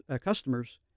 customers